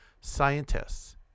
scientists